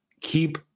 keep